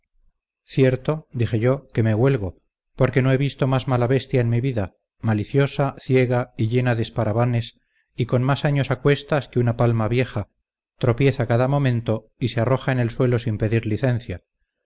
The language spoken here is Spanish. cierto dije yo que me huelgo porque no he visto más mala bestia en mi vida maliciosa ciega y llena de esparavanes y con más años acuestas que una palma vieja tropieza cada momento y se arroja en el suelo sin pedir licencia